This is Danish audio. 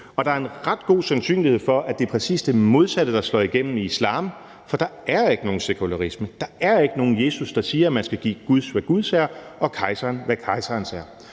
og der er en ret god sandsynlighed for, at det er præcis det modsatte, der slår igennem i islam, for der er ikke nogen sekularisme, der er ikke nogen Jesus, der siger, at man skal give Gud, hvad Guds er, og kejseren, hvad kejserens er.